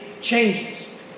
changes